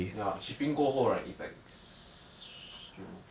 ya shipping 过后 right is like s~